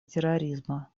терроризма